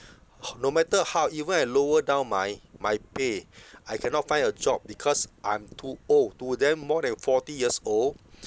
no matter how even I lower down my my pay I cannot find a job because I'm too old to them more than forty years old